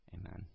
Amen